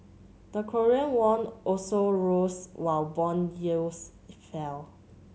the Korean won also rose while bond yields fell